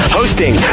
hosting